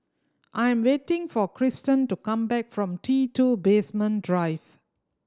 I'm waiting for Cristen to come back from T Two Basement Drive